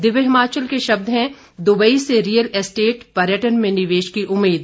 दिव्य हिमाचल के शब्द हैं दुबई से रियल एस्टेट पर्यटन में निवेश की उम्मीद